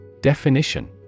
Definition